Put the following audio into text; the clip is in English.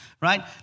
right